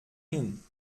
hin